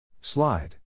Slide